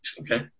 Okay